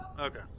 Okay